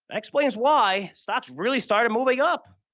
explains why stocks really started moving up,